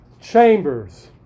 chambers